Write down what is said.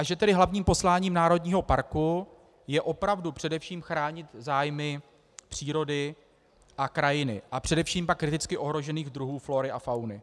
Že tedy hlavním posláním národního parku je opravdu především chránit zájmy přírody a krajiny a především pak kriticky ohrožených druhů flóry a fauny.